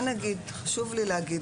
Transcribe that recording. אני רק כן אגיד חשוב לי להגיד,